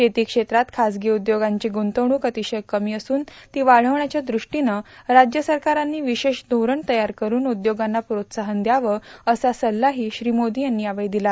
शेती क्षेत्रात खाजगी उद्योगांची ग्रुंतवणूक अतिशय कमी असून ती वाढविण्याच्या दृष्टीनं राज्य सरकारांनी विशेष धोरण तयार करून उद्योगांना प्रोत्साहन द्यावं असा सल्लाही श्री मोदी यांनी यावेळी दिला